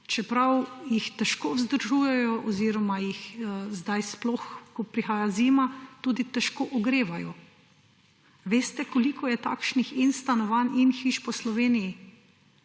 čeprav jih težko vzdržujejo oziroma jih zdaj sploh, ko prihaja zima, tudi težko ogrevajo. Veste, koliko je takšnih in stanovanj in hiš po Sloveniji?